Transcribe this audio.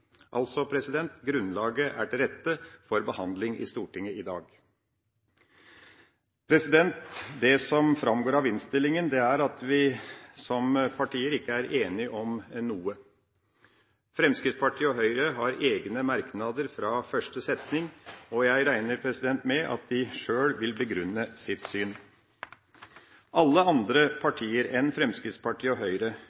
altså til stede for behandling i Stortinget i dag. Det som framgår av innstillinga, er at vi som partier ikke er enige om noe. Fremskrittspartiet og Høyre har egne merknader fra første setning, og jeg regner med at de sjøl vil begrunne sitt syn. Alle andre